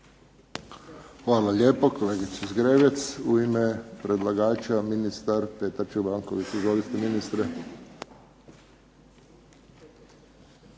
Hvala lijepo kolegici Zgrebec. U ime predlagača ministar Petar Čobanković. Izvolite ministre.